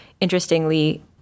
Interestingly